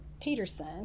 Peterson